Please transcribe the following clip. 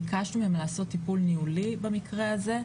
ביקשנו מהם לעשות טיפול ניהולי במקרה הזה.